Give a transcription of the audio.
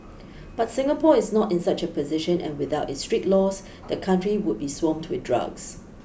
but Singapore is not in such a position and without its strict laws the country would be swamped with drugs